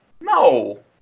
No